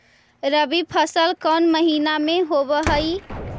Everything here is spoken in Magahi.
रबी फसल कोन महिना में होब हई?